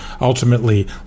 ultimately